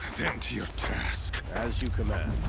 then to your task. as you command.